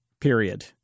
Period